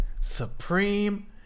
Supreme